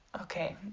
okay